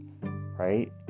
right